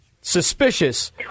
suspicious